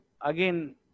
again